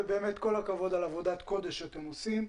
כל הכבוד על עבודת הקודש שאתם עושים.